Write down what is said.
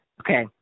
Okay